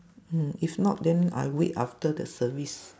mm if not then I wait after the service